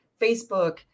Facebook